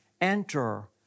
enter